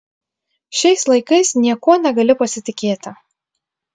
šiais laikais niekuo negali pasitikėti